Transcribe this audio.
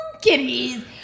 kitties